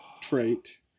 trait